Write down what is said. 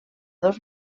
dos